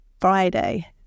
Friday